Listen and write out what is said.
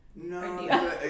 no